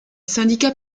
syndicat